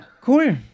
Cool